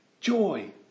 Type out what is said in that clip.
joy